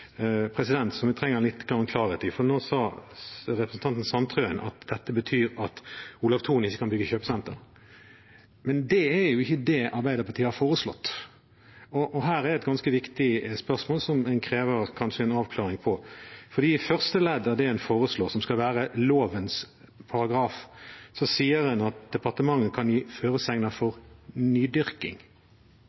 vi trenger klarhet i, er at representanten Sandtrøen nå sa at dette betyr at Olav Thon ikke kan bygge kjøpesenter, men det er jo ikke det Arbeiderpartiet har foreslått. Det er et ganske viktig spørsmål som kanskje krever en avklaring. I første ledd av det en foreslår, som skal være lovens paragraf, sier en at departementet kan gi føresegner for nydyrking,